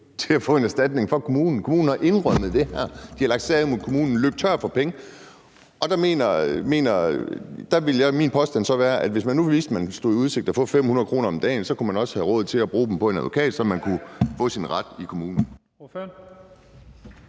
til at få en erstatning fra kommunen. Kommunen har indrømmet det her, der er lagt sag an mod kommunen, men man var løbet tør for penge. Og der vil min påstand så være, at hvis man nu vidste, man var stillet i udsigt at få 500 kr. om dagen, kunne man også have råd til at bruge dem på en advokat, så man kunne få sin ret i kommunen. Kl.